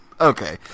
Okay